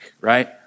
right